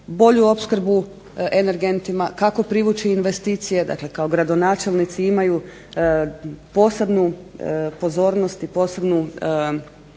bolju opskrbu energentima, kako privući investicije dakle kao gradonačelnici imaju posebnu pozornost i posebnu